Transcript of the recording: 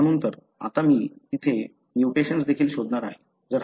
म्हणून तर आता मी तेथे म्युटेशन्स देखील शोधणार आहे